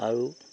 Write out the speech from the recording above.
আৰু